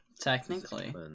Technically